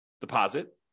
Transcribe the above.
deposit